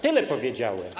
Tyle powiedziałem.